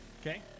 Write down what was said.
Okay